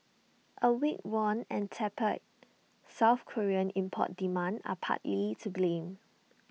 A weak won and tepid south Korean import demand are partly to blame